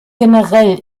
generell